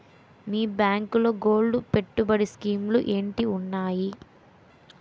మీ బ్యాంకులో గోల్డ్ పెట్టుబడి స్కీం లు ఏంటి వున్నాయి?